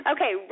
Okay